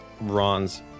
Ron's